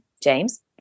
James